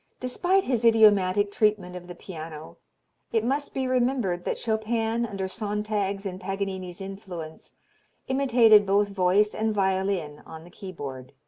despite his idiomatic treatment of the piano it must be remembered that chopin under sontag's and paganini's influence imitated both voice and violin on the keyboard.